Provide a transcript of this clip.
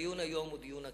הדיון היום הוא דיון עקר,